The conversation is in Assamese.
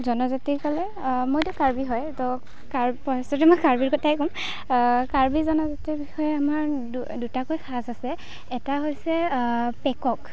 জনজাতি ক'লে মইতো কাৰ্বি হয় ত' ফাৰ্ষ্টতে মই কাৰ্বিৰ কথাই ক'ম কাৰ্বি জনজাতিৰ বিষয়ে আমাৰ দুটাকৈ সাজ আছে এটা হৈছে পেকক